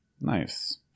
Nice